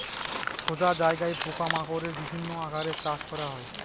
সোজা জায়গাত পোকা মাকড়ের বিভিন্ন আকারে চাষ করা হয়